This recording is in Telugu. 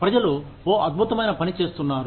ప్రజలు ఓ అద్భుతమైన పని చేస్తున్నారు